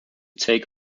take